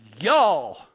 y'all